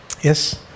Yes